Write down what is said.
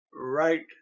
right